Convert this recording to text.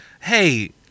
hey